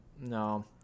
no